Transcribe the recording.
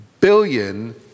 billion